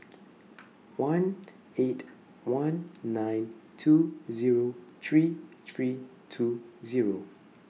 one eight one nine two Zero three three two Zero